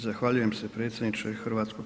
Zahvaljujem se predsjedniče HS.